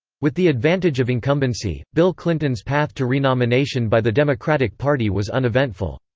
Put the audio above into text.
with the advantage of incumbency, bill clinton's path to renomination by the democratic party was uneventful.